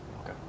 Okay